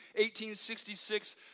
1866